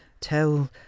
tell